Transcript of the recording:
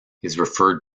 referred